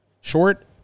short